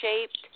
shaped